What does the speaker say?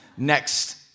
Next